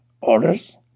orders